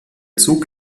zug